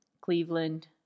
Cleveland